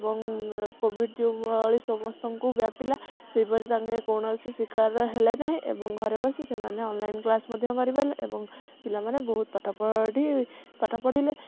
ଏବଂ କୋଭିଡ଼ି ଯେଉଁଭଳି ସମସ୍ତଙ୍କୁ ବ୍ୟାପିଲା ସେଇପରି ତାଙ୍କେ କୌଣସି ଶିକାର ହେଲାନାହିଁ ଏବଂ ଘରେ ବସି ସେମାନେ ଅନଲାଇନ କ୍ଲାସ ମଧ୍ୟ କରିପାରିଲେ ଏବଂ ପିଲାମାନେ ବହୁତ ପାଠ ପଢ଼ି ପାଠ ପଢ଼ିଲେ